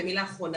ומילה אחרונה,